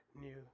new